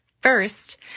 First